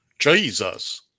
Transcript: Jesus